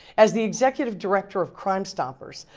as the executive director of crime stoppers,